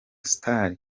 stars